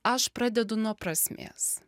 aš pradedu nuo prasmės